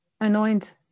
anoint